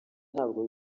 ntabwo